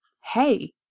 Hey